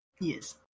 Yes